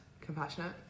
compassionate